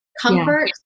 comfort